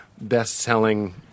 best-selling